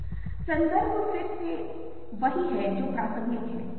विरोधाभासी छवियों में कुछ भी जरूरी नहीं है और कुछ भी गलत नहीं है